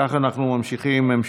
אם כך, אנחנו ממשיכים בסדר-היום,